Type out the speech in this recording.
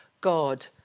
God